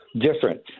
different